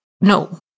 no